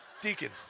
deacon